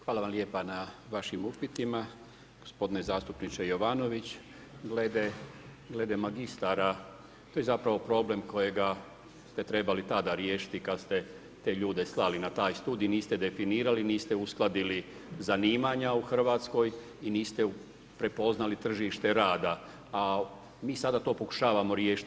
Hvala vam lijepo na vašim upitima, gospodine zastupniče Jovanović, glede magistara to je zapravo problem kojega ste trebali tada riješiti kada ste te ljude slali na taj studij, niste definirali, niste uskladili definiranja u Hrvatskoj i niste prepoznali tržište rada, a mi sada to pokušavamo riješiti.